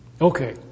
Okay